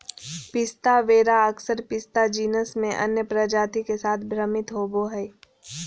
पिस्ता वेरा अक्सर पिस्ता जीनस में अन्य प्रजाति के साथ भ्रमित होबो हइ